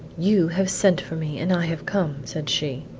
you have sent for me, and i have come, said she.